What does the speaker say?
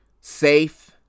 safe